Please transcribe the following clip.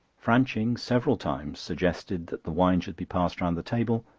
franching several times suggested that the wine should be passed round the table,